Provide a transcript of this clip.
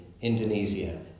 Indonesia